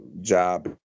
job